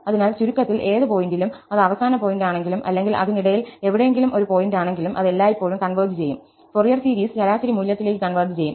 അതിനാൽ ചുരുക്കത്തിൽ ഏത് പോയിന്റിലും അത് അവസാന പോയിന്റാണെങ്കിലും അല്ലെങ്കിൽ അതിനിടയിൽ എവിടെയെങ്കിലും ഒരു പോയിന്റാണെങ്കിലും അത് എല്ലായ്പ്പോഴും കൺവെർജ് ചെയ്യും ഫോറിയർ സീരീസ് ശരാശരി മൂല്യത്തിലേക്ക് കൺവെർജ് ചെയ്യും